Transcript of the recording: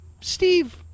Steve